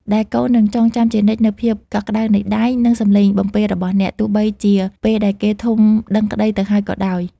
ដែលកូននឹងចងចាំជានិច្ចនូវភាពកក់ក្តៅនៃដៃ និងសំឡេងបំពេរបស់អ្នក ទោះបីជាពេលដែលគេធំដឹងក្តីទៅហើយក៏ដោយ។